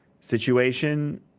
situation